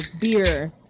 beer